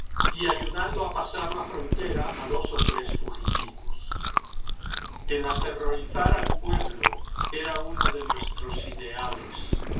y ayudando a pasar la frontera a dos o tres fugitivos el aterrorizar al pueblo era uno de nuestros ideales